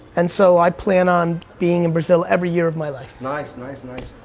and so i plan on being in brazil every year of my life. nice, nice, nice.